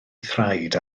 thraed